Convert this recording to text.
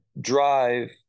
drive